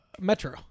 metro